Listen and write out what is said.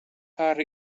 har